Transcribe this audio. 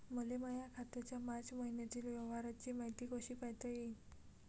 मले माया खात्याच्या मार्च मईन्यातील व्यवहाराची मायती कशी पायता येईन?